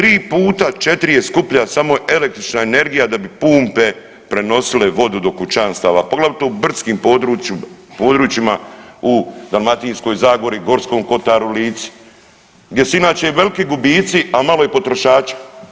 3 puta, 4 je skuplja samo električna energija da bi pumpe prenosile vodu do kućanstava poglavito u brdskim područjima u Dalmatinskoj zagori, Gorskom kotaru, Lici gdje su inače i veliki gubici, a malo i potrošača.